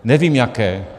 Nevím jaké.